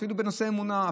אפילו בנושא אמונה,